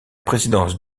présidence